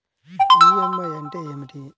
EMI అంటే ఏమిటి?